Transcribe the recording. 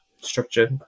structure